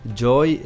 joy